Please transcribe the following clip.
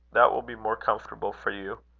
that will be more comfortable for you.